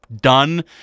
done